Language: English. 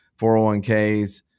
401Ks